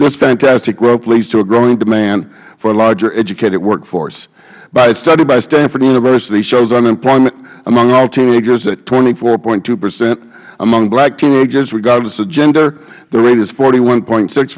this fantastic growth leads to a growing demand for a larger educated workforce but a study by stanford university shows unemployment among all teenagers at twenty four point two percent among black teenagers regardless of gender the rate is forty one point six